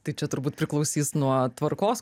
tai čia turbūt priklausys nuo tvarkos